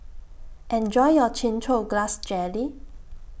Enjoy your Chin Chow Grass Jelly